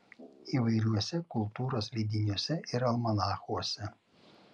įvairiuose kultūros leidiniuose ir almanachuose